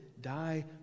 die